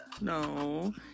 No